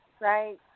right